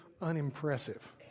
unimpressive